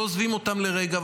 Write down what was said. לא עוזבים אותם לרגע,